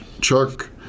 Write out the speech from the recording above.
Chuck